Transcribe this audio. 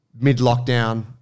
mid-lockdown